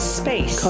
space